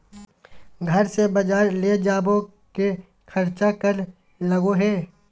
घर से बजार ले जावे के खर्चा कर लगो है?